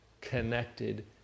connected